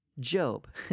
Job